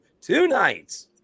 tonight